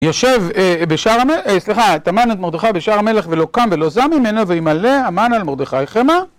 יושב אה בשער המלך, אה סליחה, תמנת מרדכי בשער המלך ולא קם ולא זה ממנה ואלמלא, אמן על מרדכי חמה